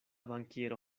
bankiero